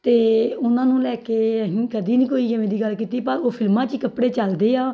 ਅਤੇ ਉਹਨਾਂ ਨੂੰ ਲੈ ਕੇ ਅਸੀਂ ਕਦੀ ਨਹੀਂ ਕੋਈ ਇਵੇਂ ਦੀ ਗੱਲ ਕੀਤੀ ਪਰ ਉਹ ਫਿਲਮਾਂ 'ਚ ਹੀ ਕੱਪੜੇ ਚੱਲਦੇ ਆ